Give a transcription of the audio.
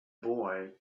boy